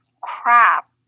crap